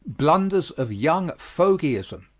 blunders of young fogyism.